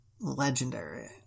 legendary